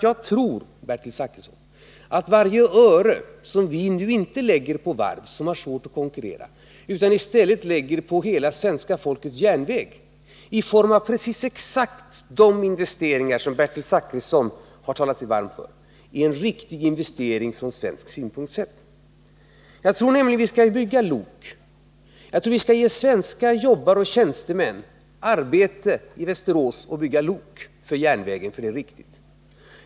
Jagtror, Bertil Zachrisson, att varje öre som vi inte lägger på varv som har svårt att konkurrera utan i stället på hela svenska folkets järnväg, i form av exakt de investeringar som Bertil Zachrisson har talat sig varm för, är riktiga investeringar från svensk synpunkt. Jag tror nämligen vi skall bygga lok. Jag tror vi skall ge svenska jobbare och tjänstemän i Västerås arbete med att bygga lok för järnvägen, för det är riktigt.